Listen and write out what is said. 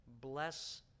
Bless